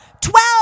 twelve